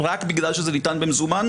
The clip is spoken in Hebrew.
רק בגלל שזה ניתן במזומן?